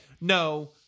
No